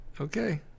okay